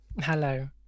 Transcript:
Hello